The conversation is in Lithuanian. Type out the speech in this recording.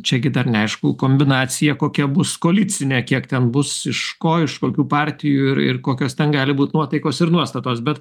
čia gi dar neaišku kombinacija kokia bus koalicinė kiek ten bus iš ko iš kokių partijų ir ir kokios ten gali būt nuotaikos ir nuostatos bet